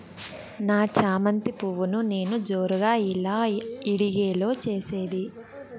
నా చామంతి పువ్వును నేను జోరుగా ఎలా ఇడిగే లో చేసేది?